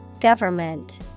Government